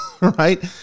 right